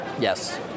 Yes